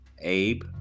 Abe